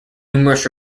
numerous